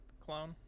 clone